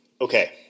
Okay